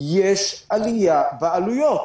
יש עליה בעלויות.